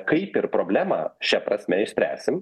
kaip ir problemą šia prasme išspręsim